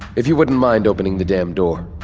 if you wouldn't mind opening the damn door